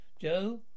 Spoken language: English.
Joe